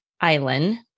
Island